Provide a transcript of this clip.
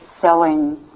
selling